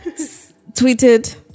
tweeted